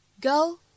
go